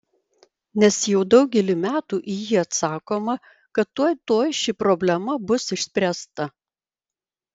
nes jau daugelį metų į jį atsakoma kad tuoj tuoj ši problema bus išspręsta